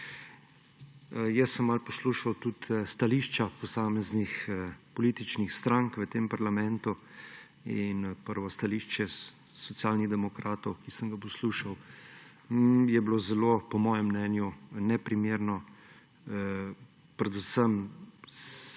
Malo sem poslušal tudi stališča posameznih političnih strank v tem parlamentu. Prvo stališče Socialnih demokratov, ki sem ga poslušal, je bilo po mojem mnenju zelo neprimerno, predvsem